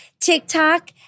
TikTok